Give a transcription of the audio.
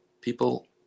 People